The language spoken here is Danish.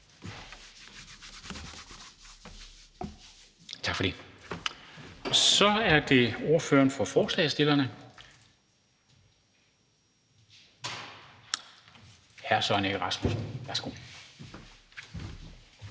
bemærkninger. Og så er det ordføreren for forslagsstillerne, hr. Søren Egge Rasmussen. Værsgo.